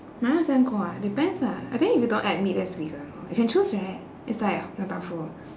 麻辣香锅 ah depends lah I think if you don't add meat that's vegan lor you can choose right is like yong tau foo